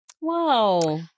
Wow